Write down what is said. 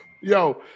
Yo